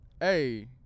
Hey